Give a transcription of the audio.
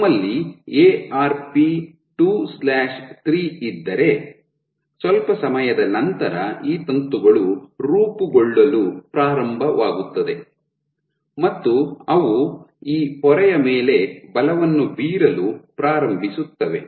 ನಮ್ಮಲ್ಲಿ A R P 23 ಇದ್ದರೆ ಸ್ವಲ್ಪ ಸಮಯದ ನಂತರ ಈ ತಂತುಗಳು ರೂಪುಗೊಳ್ಳಲು ಪ್ರಾರಂಭವಾಗುತ್ತದೆ ಮತ್ತು ಅವು ಈ ಪೊರೆಯ ಮೇಲೆ ಬಲವನ್ನು ಬೀರಲು ಪ್ರಾರಂಭಿಸುತ್ತವೆ